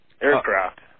aircraft